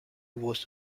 was